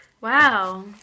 Wow